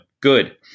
good